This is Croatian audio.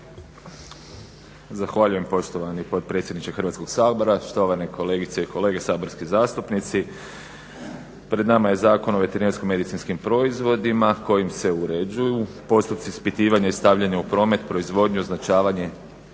Zahvaljujem poštovani potpredsjedniče Hrvatskog sabora, štovane kolegice i kolege saborski zastupnici. Pred nama je Zakon o veterinarsko-medicinskim proizvodima kojim se uređuju postupci ispitivanja i stavljanja u promet proizvodnje, označavanje